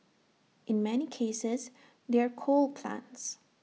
in many cases they're coal plants